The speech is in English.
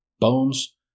Bones